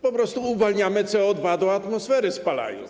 Po prostu uwalniamy CO2 do atmosfery, spalając.